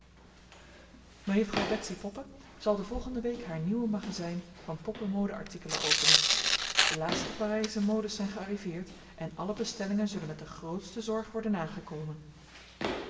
mejuffrouw betsy poppe zal de volgende week haar nieuw magazijn van poppen mode artikelen openen de laatste parijsche modes zijn gearriveerd en alle bestellingen zullen met de grootste zorg worden nagekomen